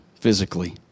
physically